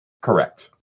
correct